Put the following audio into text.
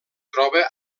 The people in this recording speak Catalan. troba